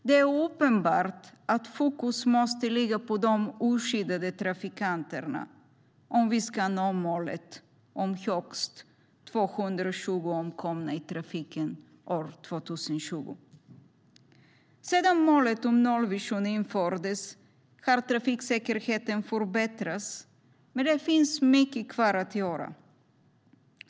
Det är uppenbart att fokus måste ligga på de oskyddade trafikanterna om vi ska nå målet om högst 220 omkomna i trafiken år 2020. Sedan målet om nollvisionen infördes har trafiksäkerheten förbättrats, men det finns mycket kvar att göra.